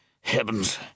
Heavens